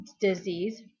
disease